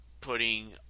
putting